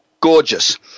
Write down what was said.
gorgeous